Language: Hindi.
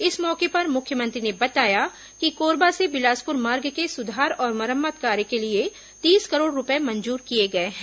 इस मौके पर मुख्यमंत्री ने बताया कि कोरबा से बिलासपुर मार्ग के सुधार और मरम्मत कार्य के लिए तीस करोड़ रूपए मंजूर किए गए हैं